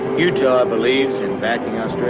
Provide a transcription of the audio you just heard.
utah believes in backing